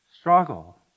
struggle